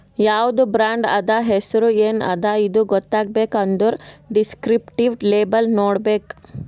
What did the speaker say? ಯಾವ್ದು ಬ್ರಾಂಡ್ ಅದಾ, ಹೆಸುರ್ ಎನ್ ಅದಾ ಇದು ಗೊತ್ತಾಗಬೇಕ್ ಅಂದುರ್ ದಿಸ್ಕ್ರಿಪ್ಟಿವ್ ಲೇಬಲ್ ನೋಡ್ಬೇಕ್